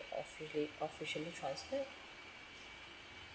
uh fully officially transferred